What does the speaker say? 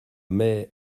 mais